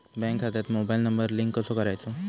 Bank खात्यात mobile number link कसो करायचो?